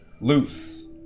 loose